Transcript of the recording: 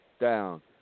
down